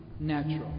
Natural